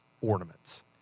ornaments